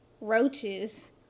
Roaches